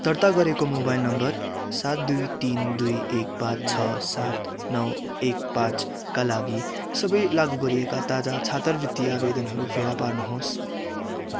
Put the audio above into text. दर्ता गरिएको mobile number सात दुई तिन दुई एक पाँच छ सात नौ एक पाँच का लागि सबै लागु गरिएका ताजा छात्रवृत्ति आवेदनहरू फेला पार्नुहोस्